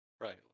Right